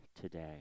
today